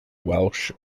welsh